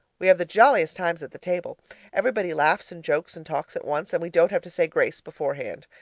we have the jolliest times at the table everybody laughs and jokes and talks at once, and we don't have to say grace beforehand.